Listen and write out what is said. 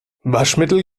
waschmittel